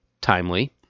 timely